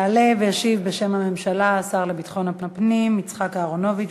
יעלה וישיב בשם הממשלה השר לביטחון הפנים יצחק אהרונוביץ.